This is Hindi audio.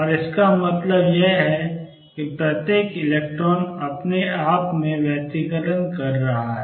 और इसका मतलब यह है कि प्रत्येक इलेक्ट्रॉन अपने आप में व्यतिकरण कर रहा है